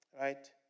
Right